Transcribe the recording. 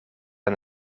aan